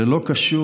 זה לא קשור,